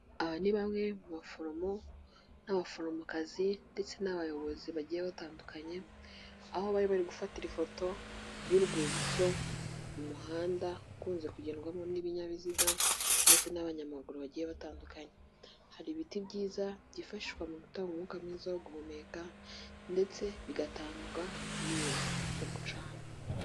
Aba ni bamwe mu baforomo n'abaforomokazi ndetse n'abayobozi bagiye batandukanye aho bari bari gufatira ifoto y'urwibutso mu muhanda ukunze kugerwamo n'ibinyabiziga ndetse n'abanyamaguru bagiye batandukanye, hari ibiti byiza byifashishwa mu gutanga umwuka mwiza wo guhumeka ndetse bigatanga n'inkwi zo gucana.